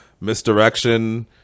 misdirection